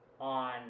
on